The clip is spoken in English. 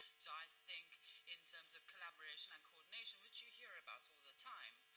so i think in terms of collaboration and coordination, which you hear about all the time,